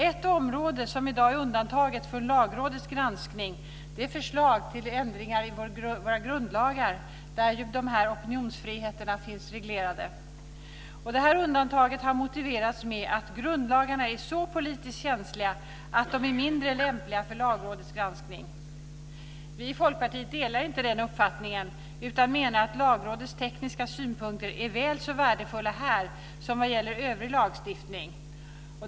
Ett område som i dag är undantaget från Lagrådets granskning är förslag till ändringar i våra grundlagar, där dessa opinionsfriheter finns reglerade. Detta undantag har motiverats med att grundlagarna är så politiskt känsliga att de är mindre lämpliga för Lagrådets granskning. Vi i Folkpartiet delar inte den uppfattningen utan menar att Lagrådets tekniska synpunkter är väl så värdefulla här som vad gäller övrig lagstiftning.